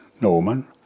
Norman